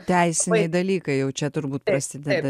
teisiniai dalykai jau čia turbūt prasideda